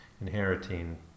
inheriting